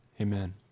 Amen